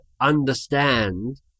understand